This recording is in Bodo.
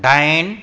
दाइन